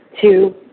Two